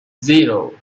zero